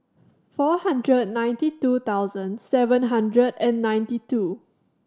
four hundred ninety two thousand seven hundred and ninety two